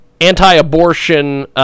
anti-abortion